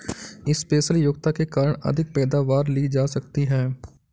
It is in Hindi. स्पेशल योग्यता के कारण अधिक पैदावार ली जा सकती है